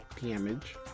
damage